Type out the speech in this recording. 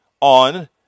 On